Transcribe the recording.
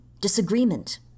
disagreement